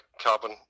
carbon